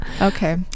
Okay